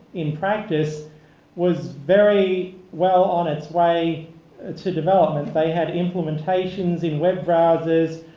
in practice was very well on its way to development. they had implementations in web browsers.